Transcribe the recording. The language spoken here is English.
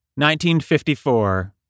1954